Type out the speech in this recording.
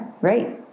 Right